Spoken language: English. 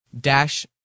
dash